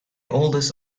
oldest